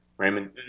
Raymond